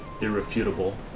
irrefutable